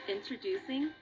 Introducing